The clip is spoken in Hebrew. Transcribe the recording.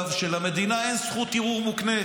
שלמדינה אין זכות ערעור מוקנית.